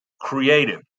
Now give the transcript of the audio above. creative